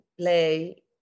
play